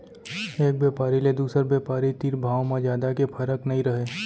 एक बेपारी ले दुसर बेपारी तीर भाव म जादा के फरक नइ रहय